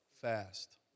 fast